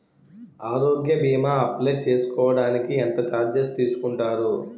ఆరోగ్య భీమా అప్లయ్ చేసుకోడానికి ఎంత చార్జెస్ తీసుకుంటారు?